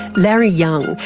larry young,